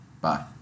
Bye